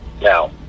Now